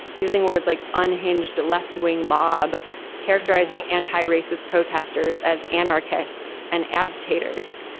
using words like unhinged, a left wing mob characterizing antiracist protesters as anarchists and agitators.